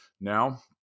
Now